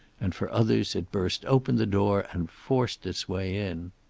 and for others it burst open the door and forced its way in.